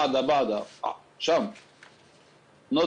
שם,